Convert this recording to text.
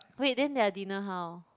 wait then their dinner how